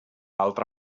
altra